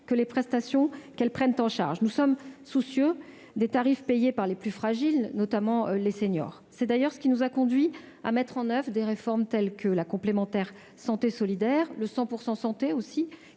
que les prestations qu'elles prennent en charge. Nous sommes soucieux des tarifs payés par les plus fragiles, notamment les seniors. C'est d'ailleurs ce qui nous a conduits à mettre en oeuvre des réformes telles que la complémentaire santé solidaire ou le « 100 % santé »,